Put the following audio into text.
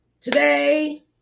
today